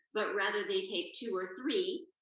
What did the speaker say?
but rather they take two or three,